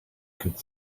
could